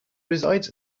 resides